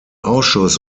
ausschuss